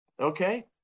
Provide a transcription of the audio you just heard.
Okay